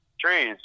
trees